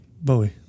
Bowie